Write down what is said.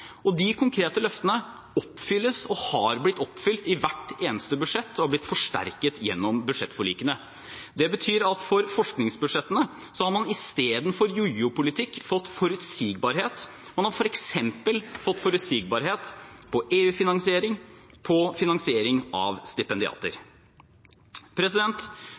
og de konkrete løftene oppfylles; de har blitt oppfylt i hvert eneste budsjett og har blitt forsterket gjennom budsjettforlikene. Det betyr at i forskningsbudsjettene har man istedenfor jojo-politikk fått forutsigbarhet. Man har f.eks. fått forutsigbarhet for EU-finansiering og for finansiering av stipendiater.